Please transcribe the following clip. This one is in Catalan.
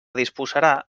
disposarà